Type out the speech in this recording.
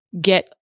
get